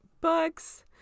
books